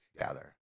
together